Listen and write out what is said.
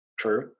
True